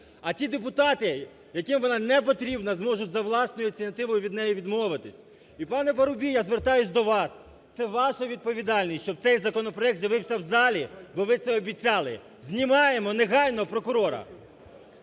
А ті депутати, яким вона не потрібна, зможуть за власною ініціативою від неї відмовитись. І, пане Парубій, я звертаюсь до вас. Це ваша відповідальність, щоб цей законопроект з'явився в залі, бо ви це обіцяли. Знімаємо негайно прокурора!